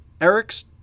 Erics